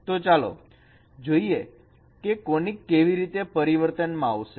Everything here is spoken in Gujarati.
તો ચાલો જોઈએ કોનીક કેવી રીતે પરિવર્તન માં આવશે